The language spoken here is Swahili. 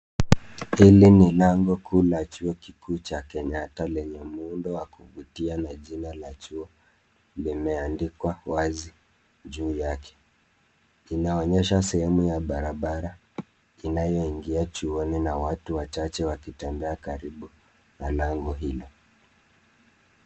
Hili ni lango kuu la chuo kikuu cha Kenyatta lenye muundo wa kuvutia na jina la chuo limeandikwa wazi juu yake. Inaonyesha sehemu ya barabara inayoingia chuoni na watu wachache wakitembea karibu na lango hilo.